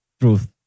truth